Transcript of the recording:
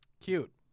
Cute